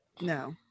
no